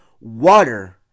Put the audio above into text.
water